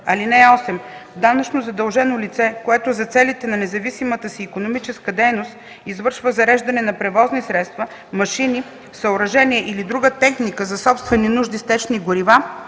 ал. 10. (8) Данъчно задължено лице, което за целите на независимата си икономическа дейност извършва зареждане на превозни средства, машини, съоръжения или друга техника за собствени нужди с течни горива,